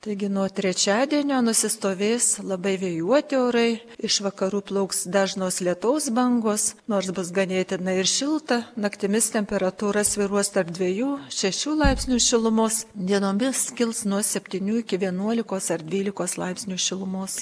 taigi nuo trečiadienio nusistovės labai vėjuoti orai iš vakarų plauks dažnos lietaus bangos nors bus ir ganėtinai šilta naktimis temperatūra svyruos tarp dviejų šešių laipsnių šilumos dienomis kils nuo septynių iki vienuolikos ar dvylikos laipsnių šilumos